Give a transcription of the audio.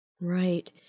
Right